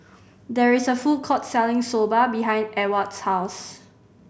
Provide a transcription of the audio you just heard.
there is a food court selling Soba behind Ewald's house